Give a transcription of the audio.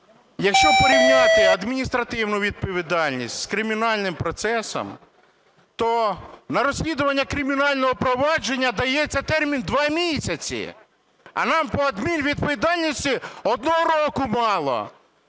якщо порівняти адміністративну відповідальність з кримінальним процесом, то на розслідування кримінального провадження дається термін два місяці, а нам по адмінвідповідальності одного року мало.